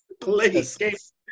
please